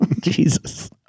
Jesus